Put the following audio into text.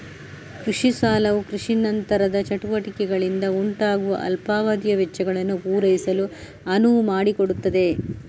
ಕೃಷಿ ಸಾಲವು ಕೃಷಿ ನಂತರದ ಚಟುವಟಿಕೆಗಳಿಂದ ಉಂಟಾಗುವ ಅಲ್ಪಾವಧಿಯ ವೆಚ್ಚಗಳನ್ನು ಪೂರೈಸಲು ಅನುವು ಮಾಡಿಕೊಡುತ್ತದೆ